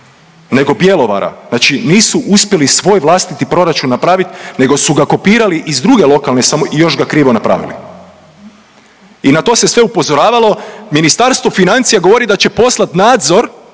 nego Bjelovara, znači nisu uspjeli svoj vlastiti proračun napravit nego su ga kopirali iz druge lokalne samou…, i još ga krivo napravili i na to se sve upozoravalo. Ministarstvo financija govori da će poslat nadzor